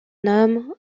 homme